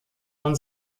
man